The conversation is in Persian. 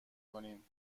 کنیم